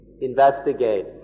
investigate